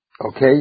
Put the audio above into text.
Okay